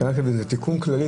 השאלה שלי אם זה תיקון כללי,